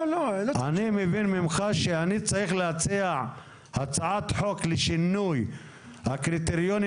אני מבין ממך שאני צריך להציע הצעת חוק לשינוי הקריטריונים